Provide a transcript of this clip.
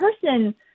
person